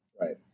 right